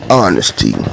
honesty